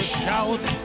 shout